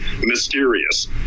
mysterious